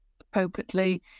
appropriately